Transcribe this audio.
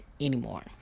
anymore